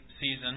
season